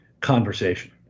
conversation